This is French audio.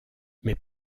mais